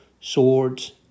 swords